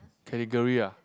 category uh